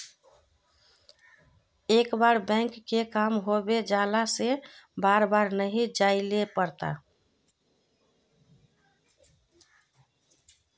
एक बार बैंक के काम होबे जाला से बार बार नहीं जाइले पड़ता?